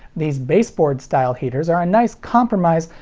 these baseboard style heaters are a nice compromise,